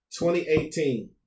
2018